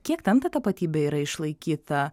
kiek ten ta tapatybė yra išlaikyta